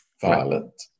violent